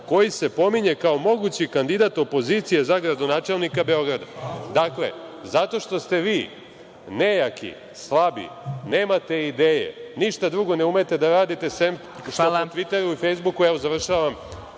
koji se pominje kao mogući kandidat opozicije za gradonačelnika Beograda. Dakle, zato što ste vi nejaki, slabi, nemate ideje, ništa drugo ne umete da radite sem što po Tviteru i Fejsbuku objavljujete